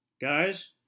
Guys